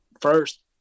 first